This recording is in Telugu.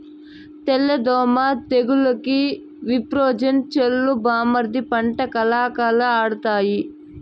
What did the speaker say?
తెల్ల దోమ తెగులుకి విప్రోజిన్ చల్లు బామ్మర్ది పంట కళకళలాడతాయి